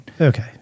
Okay